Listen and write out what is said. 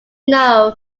know